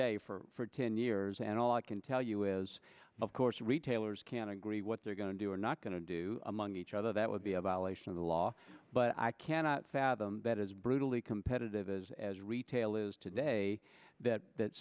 day for ten years and all i can tell you is of course retailers can agree what they're going to do or not going to do among each other that would be a violation of the law but i cannot fathom that as brutally competitive as retail is today that